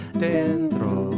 dentro